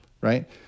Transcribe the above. right